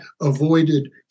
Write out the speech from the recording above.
avoided